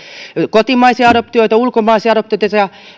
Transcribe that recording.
kotimaisia adoptioita ulkomaisia adoptioita